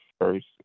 first